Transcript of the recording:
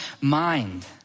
mind